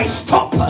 stop